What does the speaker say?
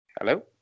hello